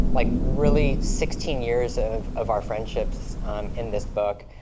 like, really, sixteen years of of our friendships in this book.